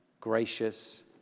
gracious